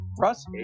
Russ